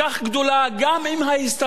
גם אם ההסתברות היא נמוכה,